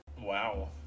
Wow